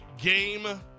game